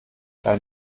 dein